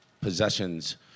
possessions